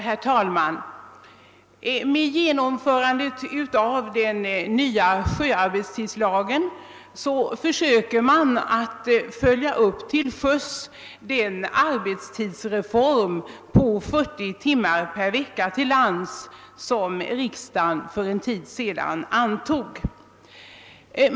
Herr talman! Med genomförandet av den nya sjöarbetstidslagen försöker man att till sjöss följa upp den arbetstidsreform, innebärande 40 timmars arbetsvecka till lands, som riksdagen för en tid sedan antog.